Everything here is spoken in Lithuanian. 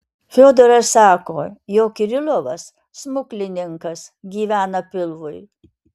fiodoras sako jog kirilovas smuklininkas gyvena pilvui